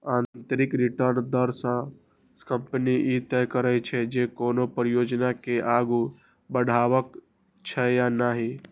आंतरिक रिटर्न दर सं कंपनी ई तय करै छै, जे कोनो परियोजना के आगू बढ़ेबाक छै या नहि